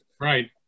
Right